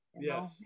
yes